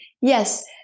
Yes